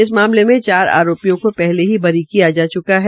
इस मामले में चार आरोपियों को पहले ही बरी किया जा च्का है